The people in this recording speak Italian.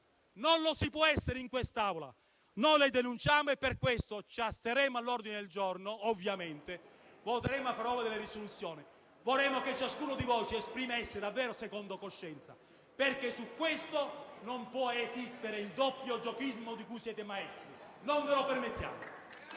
non lo si può essere in quest'Aula. Noi lo denunciano e per questo ci asterremo dalla votazione dell'ordine del giorno, ovviamente, e voteremo a favore della proposta di risoluzione. Vorremmo che ciascuno di voi si esprimesse davvero secondo coscienza, perché su questo non può esistere il doppiogiochismo di cui siete maestri. Non ve lo permettiamo.